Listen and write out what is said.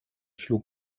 schlug